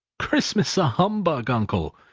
christmas a humbug, uncle!